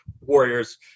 Warriors